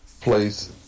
Place